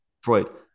freud